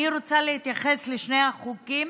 אני רוצה להתייחס לשני החוקים